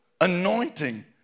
anointing